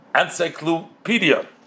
encyclopedia